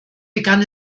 begann